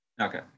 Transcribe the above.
okay